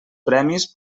premis